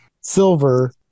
Silver